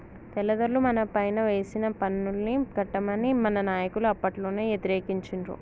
తెల్లదొరలు మనపైన వేసిన పన్నుల్ని కట్టమని మన నాయకులు అప్పట్లోనే యతిరేకించిండ్రు